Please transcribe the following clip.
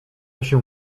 się